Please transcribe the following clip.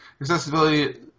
accessibility